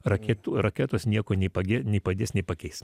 raketų raketos nieko nepagė nepadės nepakeis